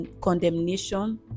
condemnation